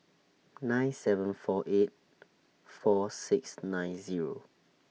nine seven four eight four six nine Zero